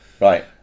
Right